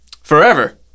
Forever